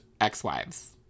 ex-wives